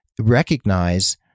recognize